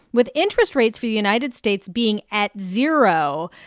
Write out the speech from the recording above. with interest rates for the united states being at zero,